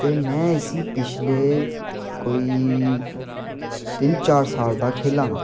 ते में जिसी पिछले कोई तिन्न चार साल दा खेला दा